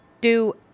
Do-